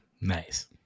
Nice